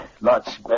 lots